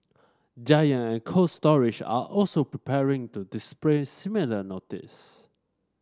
Giant and Cold Storage are also preparing to display similar notices